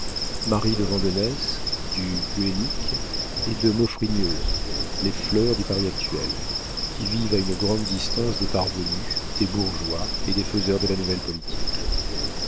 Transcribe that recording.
marie de vandenesse du guénic et de maufrigneuse les fleurs du paris actuel qui vivent à une grande distance des parvenus des bourgeois et des faiseurs de la nouvelle politique